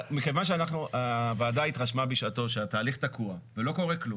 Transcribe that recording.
מכיוון שהוועדה בשעתו התרשמה שהתהליך תקוע ולא קורה כלום,